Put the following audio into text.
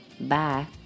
Bye